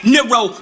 Nero